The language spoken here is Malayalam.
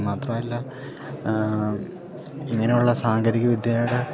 മാത്രമല്ല ഇങ്ങനെയുള്ള സാങ്കേതിക വിദ്യയുടെ